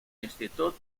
institut